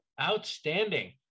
Outstanding